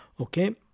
Okay